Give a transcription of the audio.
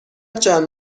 چند